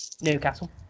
Newcastle